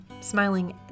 smiling